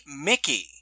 Mickey